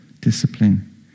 discipline